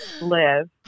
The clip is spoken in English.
live